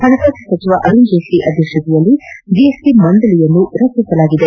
ಹಣಕಾಸು ಸಚಿವ ಅರುಣ್ ಜೇಟ್ಲಿ ಅಧ್ಯಕ್ಷತೆಯಲ್ಲಿ ಜಿಎಸ್ಟಿ ಮಂಡಳಿಯನ್ನು ರಚಿಸಲಾಗಿದೆ